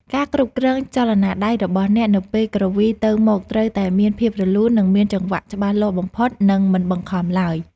ការគ្រប់គ្រងចលនាដៃរបស់អ្នកនៅពេលគ្រវីទៅមកត្រូវតែមានភាពរលូន និងមានចង្វាក់ច្បាស់លាស់បំផុត និងមិនបង្ខំឡើយ។